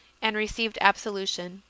and received absolution.